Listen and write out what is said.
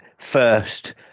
first